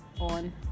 on